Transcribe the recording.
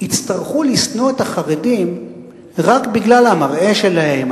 יצטרכו לשנוא את החרדים רק בגלל המראה שלהם,